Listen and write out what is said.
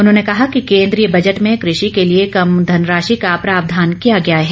उन्होंने कहा कि केंद्रीय बजट में कृषि के लिए कम धनराशि का प्रावधान किया गया है